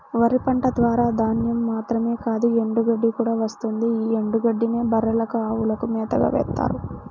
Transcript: వరి పంట ద్వారా ధాన్యం మాత్రమే కాదు ఎండుగడ్డి కూడా వస్తుంది యీ ఎండుగడ్డినే బర్రెలకు, అవులకు మేతగా వేత్తారు